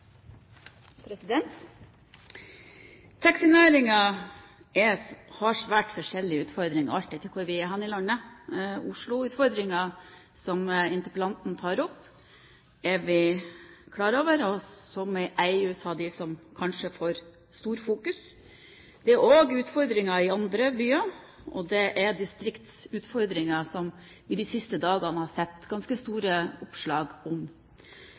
hvor vi er hen i landet. Oslo-utfordringen, som interpellanten tar opp, og som er en av dem som kanskje får stor oppmerksomhet, er vi klar over. Det er også utfordringer i andre byer, og det er distriktsutfordringer, som vi de siste dagene har sett ganske store oppslag om.